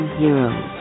heroes